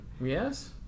Yes